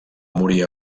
morir